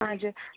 हजुर